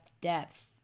depth